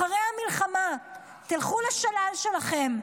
אחרי המלחמה תלכו לשלל שלכם.